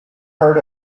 heard